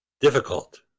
Difficult